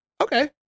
okay